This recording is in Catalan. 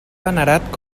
venerat